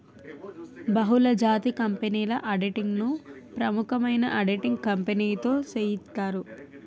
బహుళజాతి కంపెనీల ఆడిటింగ్ ను ప్రముఖమైన ఆడిటింగ్ కంపెనీతో సేయిత్తారు